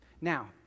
Now